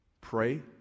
pray